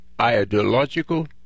ideological